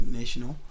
national